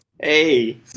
Hey